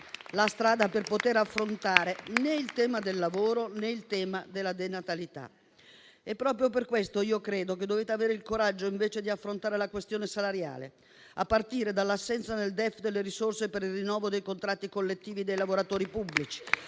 la strada per poter affrontare né il tema del lavoro, né quello della denatalità. Proprio per questo credo che dobbiate avere invece il coraggio di affrontare la questione salariale, partendo dal tema dell'assenza nel DEF delle risorse per il rinnovo dei contratti collettivi dei lavoratori pubblici,